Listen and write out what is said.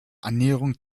annäherung